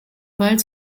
bald